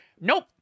Nope